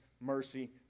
mercy